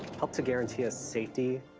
help to guarantee us safety,